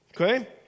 Okay